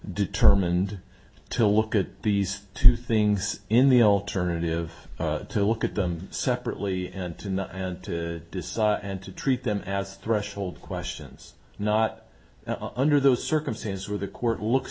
determined to look at these two things in the alternative to look at them separately and to decide and to treat them as threshold questions not under those circumstances where the court looks